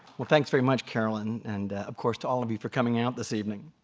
well, thanks very much, carolyn, and of course to all of you for coming out this evening.